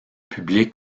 public